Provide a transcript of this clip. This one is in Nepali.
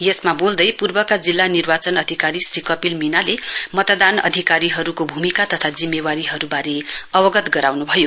यसमा बोल्दै पूर्वका जिल्ला निर्वाचन अधिकारी श्री कपिल मीणाले मतदान अधिकारीहरूको भूमिका तथा जिम्मेवारीबारे अवगत गराउन् भयो